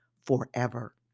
forever